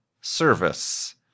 service